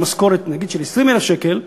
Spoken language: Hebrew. על משכורת של 20,000 שקל,